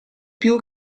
più